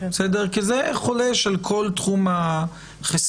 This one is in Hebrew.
כי זה חולש על כל תחום החיסיון.